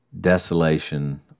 Desolation